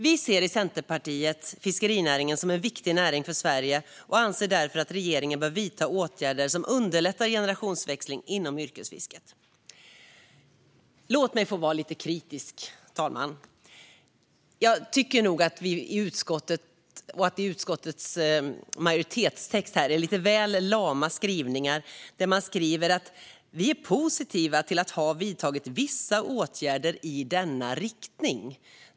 Vi i Centerpartiet ser fiskerinäringen som en viktig näring för Sverige, och vi anser därför att regeringen bör vidta åtgärder som underlättar generationsväxling inom yrkesfisket. Låt mig få vara lite kritisk, fru talman. Jag tycker nog att utskottets majoritetstext är lite väl lam i skrivningarna. Man skriver att man är positiv till att man har "vidtagit vissa åtgärder i denna riktning".